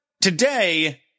today